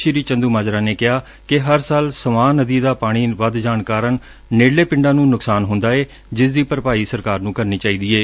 ਸ੍ਰੀ ਚੰਦੁਮਾਜਰਾ ਨੇ ਕਿਹਾ ਕਿ ਹਰ ਸਾਲ ਸਵਾਂ ਨਦੀ ਦਾ ਪਾਣੀ ਵਧ ਜਾਣ ਕਾਰਨ ਨੇਤਲੇ ਪਿੰਡਾਂ ਨੂੰ ਨੁਕਸਾਨ ਹੁੰਦਾ ਏ ਜਿਸ ਦੀ ਭਰਪਾਈ ਸਰਕਾਰ ਨੁੰ ਕਰਨੀ ਚਾਹੀਦੀ ਏ